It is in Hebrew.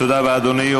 תודה רבה, אדוני.